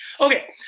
Okay